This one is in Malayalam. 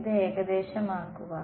ഇത് ഏകദേശമാക്കുക